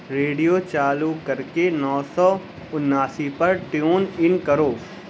radio چالو کر کے نو سو اناسی پر ٹیون ان کرو